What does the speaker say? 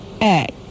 Act